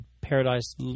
Paradise